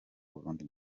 burundi